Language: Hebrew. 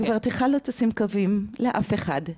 גברתך לא תשים קווים לאף אחד,